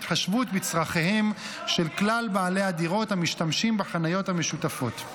התחשבות בצורכיהם של כלל בעלי הדירות המשתמשים בחניות המשותפות.